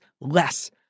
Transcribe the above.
less